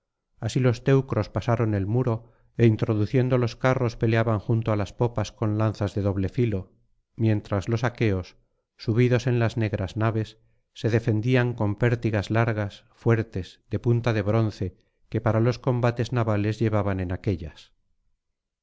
así los teucros pasaron el muro é introduciendo los carros peleaban junto á las popas con lanzas de doble filo mientras los aqueos subidos en las negras naves se defendían con pértigas largas fuertes de punta de bronce que para los combates navales llevaban en aquéllas